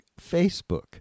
Facebook